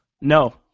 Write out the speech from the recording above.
No